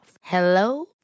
Hello